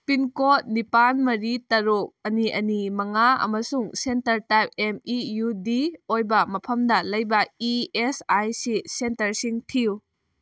pincode Nepal ꯃꯔꯤ ꯇꯔꯨꯛ ꯑꯅꯤ ꯑꯅꯤ ꯃꯉꯥ ꯑꯃꯁꯨꯡ center type M E U D ꯑꯣꯏꯕ ꯃꯐꯝꯗ ꯂꯩꯕ ꯏ ꯑꯦꯁ ꯑꯥꯏ ꯁꯤ ꯁꯦꯟꯇꯔꯁꯤꯡ ꯊꯤꯌꯨ